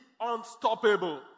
unstoppable